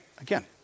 again